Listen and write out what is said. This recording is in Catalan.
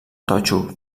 totxo